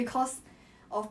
like 要背叛我